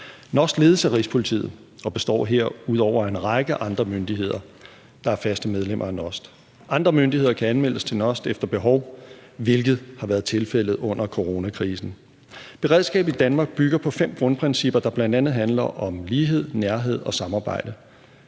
NOST ledes af Rigspolitiet og består herudover af en række andre myndigheder, der er faste medlemmer af NOST. Andre myndigheder kan anmeldes til NOST efter behov, hvilket har været tilfældet under coronakrisen. Beredskabet i Danmark bygger på fem grundprincipper, der bl.a. handler om lighed, nærhed og samarbejde.